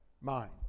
mind